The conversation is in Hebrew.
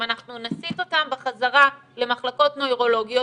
אם אנחנו נסיט אותם בחזרה למחלקות נוירולוגיות,